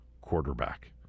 quarterback